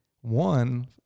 one